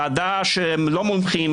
ועדה שהם לא מומחים,